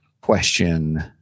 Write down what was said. question